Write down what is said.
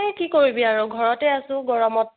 এই কি কৰিবি আৰু ঘৰতে আছোঁ গৰমত